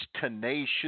tenacious